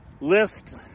list